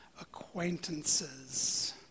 acquaintances